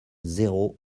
zéro